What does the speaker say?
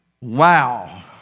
Wow